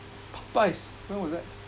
Popeyes when was that